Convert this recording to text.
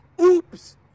Oops